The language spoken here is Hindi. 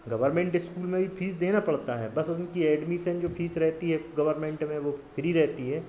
गवर्मेंट इस्कूल में भी फीस देना पड़ता है बस उनकी एडमीसन जो फीस रहती है गवर्मेंट में वह फ्री रहती है